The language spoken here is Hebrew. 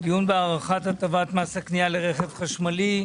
"דיון בהארכת הטבת מס הקניה לרכב חשמלי".